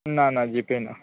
ना ना जी पे ना